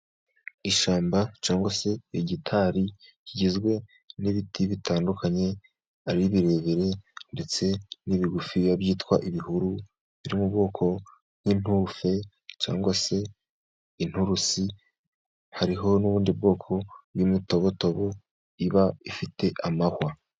Ishyamba cyangwa se igitari kigizwe n'ibiti bitandukanye. Ari ibirebire ndetse n'ibigufi byitwa ibihuru, biri mu bwoko bw'intuse cyangwa se inturusi hariho n'ubundi bwoko bw'umutobotobo iba ifite amahwa.